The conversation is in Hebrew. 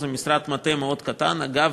זה משרד מטה מאוד קטן, אגב,